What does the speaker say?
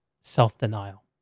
self-denial